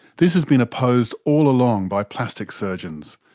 this has been opposed all along by plastic surgeons,